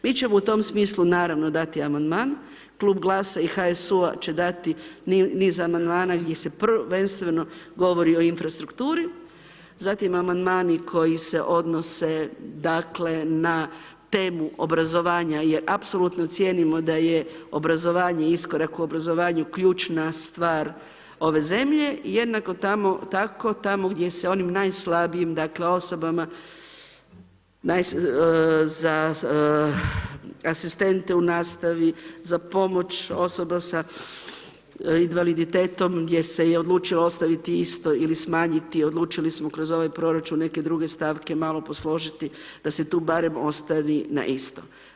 Mi ćemo u tom smislu naravno dati amandman, Klub GLAS-a i HSU-a će dati niz amandmana, gdje se prvenstveno govori o infrastrukturi, zatim amandmani, koji se odnose, dakle, na temu obrazovanja je, apsolutno cijenimo, da je obrazovanje i iskorak u obrazovanje ključna stvar ove zemlje, jednako tako tamo gdje se onim najslabijim osobama za asistente u nastavi, za pomoć osoba sa invaliditetom, gdje se je odlučilo ostaviti isto, ili smanjiti, odlučili smo kroz ovaj proračun neke druge stavke malo posložiti, da se tu barem ostavi na isto.